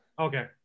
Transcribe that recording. Okay